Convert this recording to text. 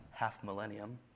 half-millennium